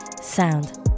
sound